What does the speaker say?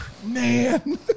man